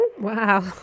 Wow